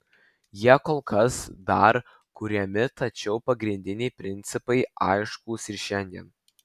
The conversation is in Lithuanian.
jie kol kas dar kuriami tačiau pagrindiniai principai aiškūs ir šiandien